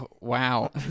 Wow